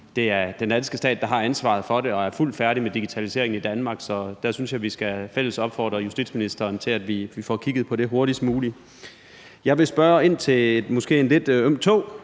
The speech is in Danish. det er den danske stat, der har ansvaret for det og er fuldt færdig med digitaliseringen i Danmark. Så der synes jeg, vi i fællesskab skal opfordre justitsministeren til, at vi får kigget på det hurtigst muligt. Jeg vil spørge ind til en måske lidt øm tå,